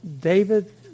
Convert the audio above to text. David